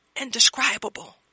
indescribable